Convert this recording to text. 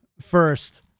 first